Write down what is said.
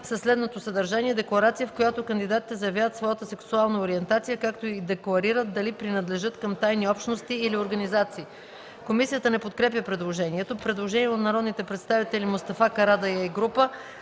следното съдържание: „Декларация, в която кандидатите заявяват своята сексуална ориентация, както и декларират дали принадлежат към тайни общности или организации”.” Комисията не подкрепя предложението. Предложение от народния представител Мустафа Карадайъ и група